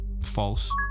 False